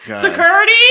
Security